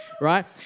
right